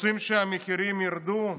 רוצים שהמחירים ירדו?